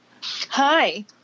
Hi